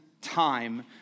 time